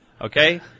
Okay